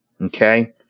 Okay